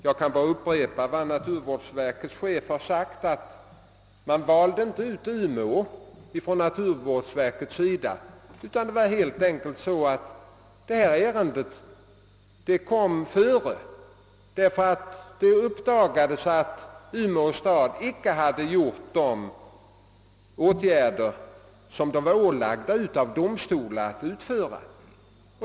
Jag bara upprepar vad naturvårdsverkets chef har sagt, att naturvårdsverket inte särskilt valde ut Umeå, utan att anledningen till att detta ärende kom före var att det uppdagades att Umeå stad inte hade vidtagit de åtgärder som staden ålagts av domstol.